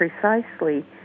precisely